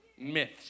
myths